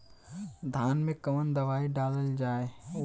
धान मे कवन दवाई डालल जाए?